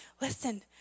Listen